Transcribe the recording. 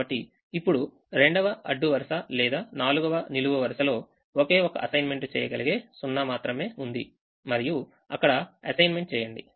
కాబట్టి ఇప్పుడు 2వఅడ్డు వరుస లేదా 4వనిలువు వరుసలో ఒకే ఒక అసైన్మెంట్ చేయగలిగే 0 మాత్రమే ఉంది మరియు అక్కడ అసైన్మెంట్ చేయండి